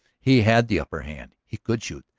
he had the upper hand. he could shoot,